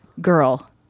girl